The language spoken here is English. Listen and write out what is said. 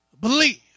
believe